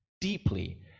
deeply